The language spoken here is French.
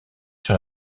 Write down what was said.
sur